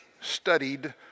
studied